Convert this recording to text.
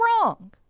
wrong